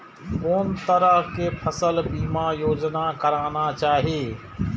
कोन तरह के फसल बीमा योजना कराना चाही?